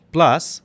Plus